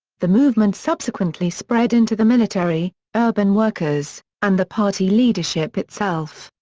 the movement subsequently spread into the military, urban workers, and the party leadership itself.